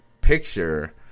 picture –